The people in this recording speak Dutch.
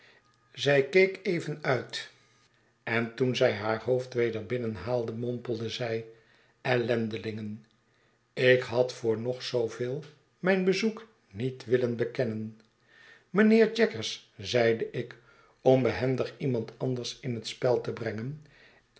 zij keek even uit en toen zij haar hoofd weder binnenhaalde mompelde zij ellendelingen ik had voor nog zooveel mijn bezoek niet willen bekennen mijnheer jaggers zeide ik om behendig iemand anders in het spel te brengen